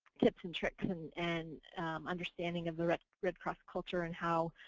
tips and tricks and and understanding of the red red cross culture and how